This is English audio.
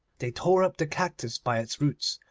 they tore up the cactus by its roots,